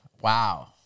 Wow